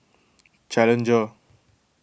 challenger